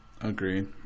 Agreed